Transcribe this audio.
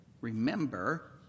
Remember